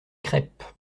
crêpes